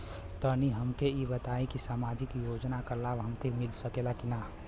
तनि हमके इ बताईं की सामाजिक योजना क लाभ हमके मिल सकेला की ना?